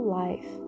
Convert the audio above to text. life